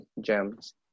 gems